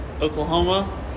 Oklahoma